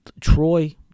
Troy